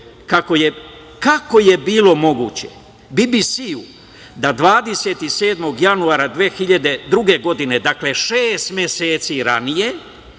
kako je bilo moguće BBS da 27. januara 2002. godine, dakle šest meseci ranije,